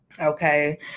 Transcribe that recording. Okay